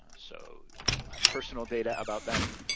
so, you know you'll have personal data about them,